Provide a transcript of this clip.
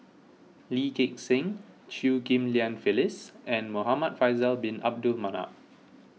Lee Gek Seng Chew Ghim Lian Phyllis and Muhamad Faisal Bin Abdul Manap